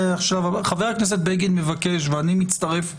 חבר הכנסת בגין מבקש ואני מצטרף לבקשתו,